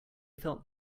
felt